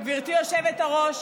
גברתי היושבת-ראש,